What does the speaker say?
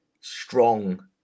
strong